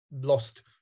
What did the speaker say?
lost